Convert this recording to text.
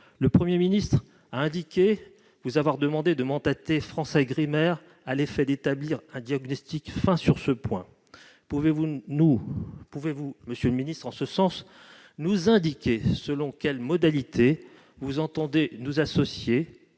Le Premier ministre a indiqué vous avoir demandé de mandater FranceAgriMer à l'effet d'établir un diagnostic fin sur ce point. Pouvez-vous nous indiquer selon quelles modalités vous entendez associer